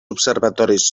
observatoris